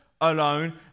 alone